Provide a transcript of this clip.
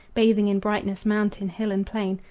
bathing in brightness mountain, hill and plain,